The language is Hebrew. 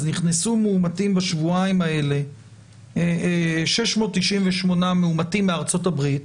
אז נכנסו בשבועיים האלה 698 מאומתים מארצות הברית,